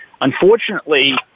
Unfortunately